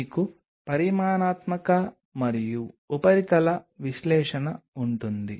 నీరు నిజంగా చాలా వేగంగా వ్యాపిస్తుంది